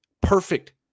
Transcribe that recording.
Perfect